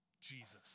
Jesus